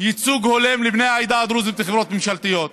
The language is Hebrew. ייצוג הולם לבני העדה הדרוזית בחברות ממשלתיות.